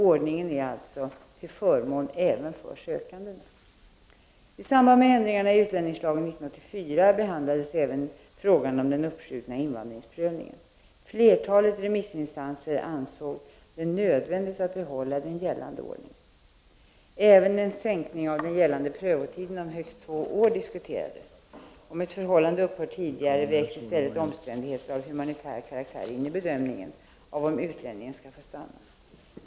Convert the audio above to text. Ordningen är alltså till förmån även för sökandena. I samband med ändringar i utlänningslagen 1984 behandlades även frågan om den uppskjutna invandringsprövningen. Flertalet remissinstanser ansåg det nödvändigt att behålla gällande ordning. Även en sänkning av den gällande prövotiden om högst två år diskuterades. Om ett förhållande upphör tidigare vägs i stället omständigheter av humanitär karaktär in i bedömningen av om utlänningen skall få stanna.